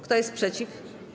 Kto jest przeciw?